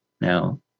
now